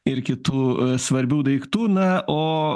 ir kitų svarbių daiktų na o